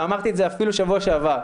ואמרתי את זה אפילו בשבוע שעבר,